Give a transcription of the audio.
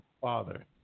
father